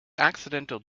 accidental